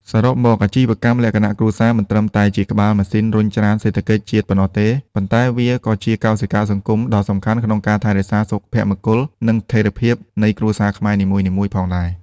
សរុបមក អាជីវកម្មលក្ខណៈគ្រួសារមិនត្រឹមតែជាក្បាលម៉ាស៊ីនរុញច្រានសេដ្ឋកិច្ចជាតិប៉ុណ្ណោះទេ ប៉ុន្តែវាក៏ជាកោសិកាសង្គមដ៏សំខាន់ក្នុងការថែរក្សាសុភមង្គល និងស្ថិរភាពនៃគ្រួសារខ្មែរនីមួយៗផងដែរ។